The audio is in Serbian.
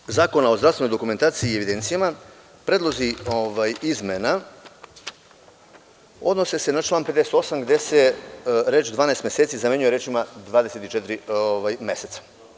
Što se tiče Zakona o zdravstvenoj dokumentaciji i evidencijama, predlozi izmena odnose se na član 58. gde se reč: „12 meseci“ zamenjuje rečima: „24 meseca“